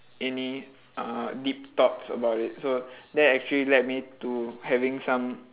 any uh deep thoughts about it so that actually led me to having some